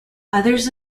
others